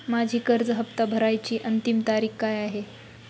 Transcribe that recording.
माझी कर्ज हफ्ता भरण्याची अंतिम तारीख काय आहे?